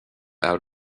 out